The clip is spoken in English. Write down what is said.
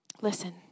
Listen